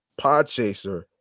Podchaser